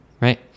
Right